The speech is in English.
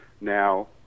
now